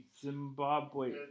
Zimbabwe